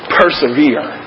persevere